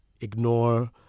ignore